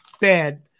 bad